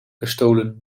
gestolen